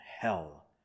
hell